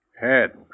head